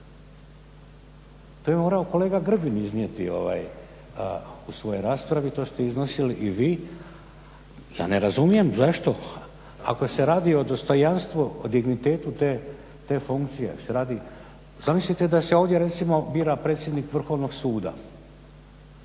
To je morao gospodin Grbin iznijeti u svojoj raspravi, to ste iznosili i vi. Ja ne razumijem zašto? Ako se radi o dostojanstvu, dignitetu te funkcije, ako se radi. Zamislite da ovdje recimo bira predsjednik Vrhovnog suda,